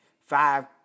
Five